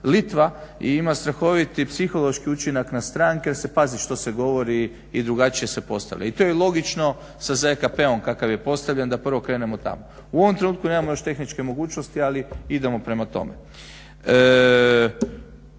Litva i ima strahovit psihološki učinak na stranke jer se pazi što se govori i drugačije se postavlja. I to je logično sa ZKP-om kakav je postavljen da prvo krenemo tamo. U ovom trenutku nemamo još tehničke mogućnosti ali idemo prema tome.